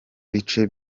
bice